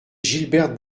gilberte